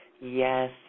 Yes